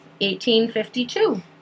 1852